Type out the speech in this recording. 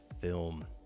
film